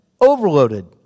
overloaded